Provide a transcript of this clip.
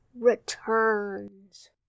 returns